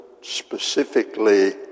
specifically